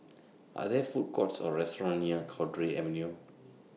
Are There Food Courts Or restaurants near Cowdray Avenue